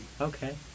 Okay